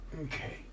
okay